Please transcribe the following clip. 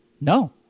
No